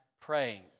praying